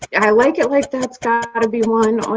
and i like it, like that's got to be one.